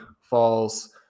falls